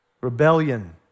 Rebellion